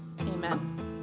Amen